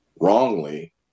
wrongly